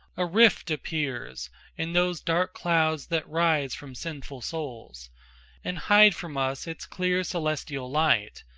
a rift appears in those dark clouds that rise from sinful souls and hide from us its clear celestial light,